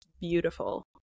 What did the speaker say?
beautiful